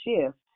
shift